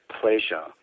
pleasure